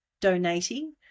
donating